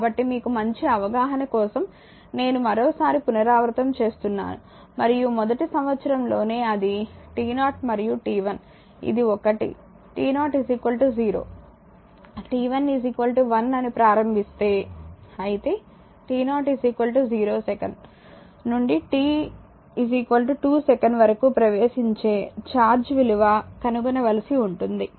కాబట్టి మీకు మంచి అవగాహన కోసం నేను మరోసారి పునరావృతం చేస్తున్నాను మరియు మొదటి సంవత్సరంలోనే అది t0 మరియు t1 ఇది ఒకటి t0 0 t1 1 అని ప్రారంభిస్తే అయితే t 0 సెకను నుండి t 2 సెకను వరకు ప్రవేశించే ఛార్జ్ విలువని కనుగొనవలసి ఉంటుంది